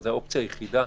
כרגע זו האופציה היחידה,